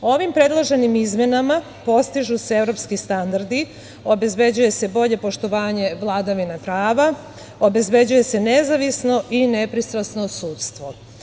Ovim predloženim izmenama postižu se evropski standardi, obezbeđuje se bolje poštovanje vladavine prava, obezbeđuje se nezavisno i nepristrasno sudstvo.